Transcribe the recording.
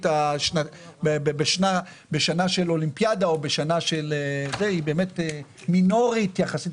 בשנה של אולימפיאדה היא באמת מינורית יחסית,